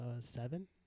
Seven